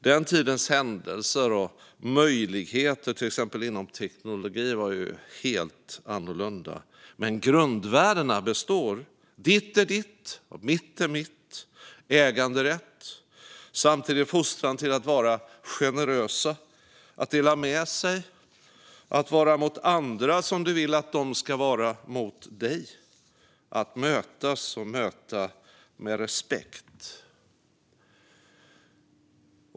Den tidens händelser och möjligheter, till exempel inom teknologi, var helt annorlunda, men grundvärdena består. Ditt är ditt och mitt är mitt - äganderätt - samtidigt som man fostrades till att vara generös och dela med sig och att vara mot andra som man vill att de ska vara mot en själv - att mötas och möta med respekt.